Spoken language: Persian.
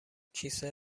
کیسه